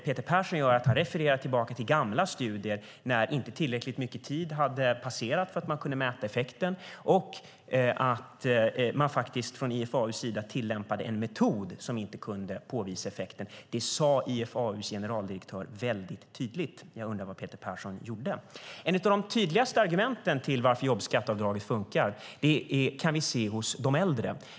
Peter Persson refererar till gamla studier då inte tillräckligt lång tid hade gått för att man skulle kunna mäta effekten. Från IFAU:s sida tillämpade man då en metod som inte kunde påvisa effekten. Det sade IFAU:s generaldirektör mycket tydligt. Jag undrar vad Peter Persson gjorde? Ett av de tydligaste argumenten för att jobbskatteavdraget funkar kan vi se bland de äldre.